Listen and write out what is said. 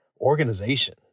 organization